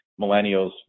millennials